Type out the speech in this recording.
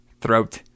throat